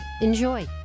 Enjoy